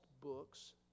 books